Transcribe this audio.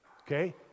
Okay